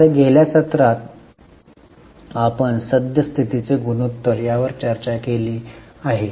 आता गेल्या सत्रात आपण सद्य स्थितीचे गुणोत्तर यावर चर्चा केली आहे